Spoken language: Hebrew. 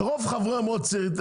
רוב חברי מועצת העיר,